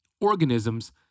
organisms